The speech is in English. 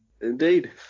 Indeed